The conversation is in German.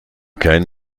kein